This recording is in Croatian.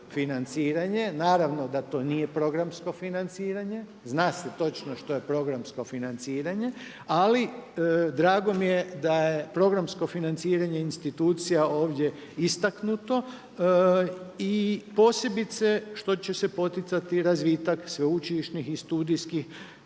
Naravno da to nije programsko financiranje, zna se točno što je programsko financiranje, ali drago mi je da je programsko financiranje institucija ovdje istaknuto i posebice što će se poticati razvitak sveučilišnih i studijskih